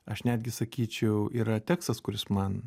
aš netgi sakyčiau yra tekstas kuris man